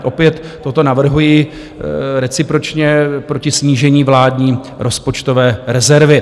Opět toto navrhuji recipročně proti snížení vládní rozpočtové rezervy.